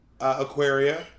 Aquaria